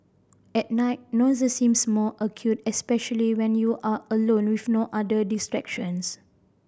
at night noises seems more acute especially when you are alone with no other distractions